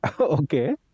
Okay